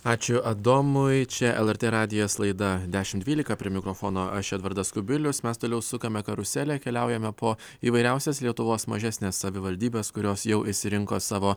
ačiū adomui čia lrt radijas laida dešimt dvylika prie mikrofono aš edvardas kubilius mes toliau sukame karuselę keliaujame po įvairiausias lietuvos mažesnes savivaldybes kurios jau išsirinko savo